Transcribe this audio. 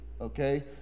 Okay